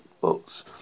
books